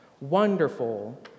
wonderful